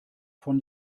von